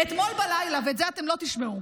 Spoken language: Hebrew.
אתמול בלילה, ואת זה אתם לא תשמעו,